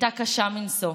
הייתה קשה מנשוא.